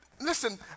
Listen